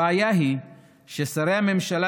הבעיה היא ששרי הממשלה,